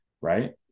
right